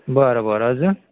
बरं बरं अजून